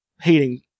hating